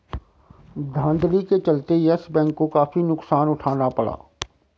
धांधली के चलते यस बैंक को काफी नुकसान उठाना पड़ा